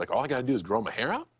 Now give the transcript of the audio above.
like, all i got to do is grow my hair out?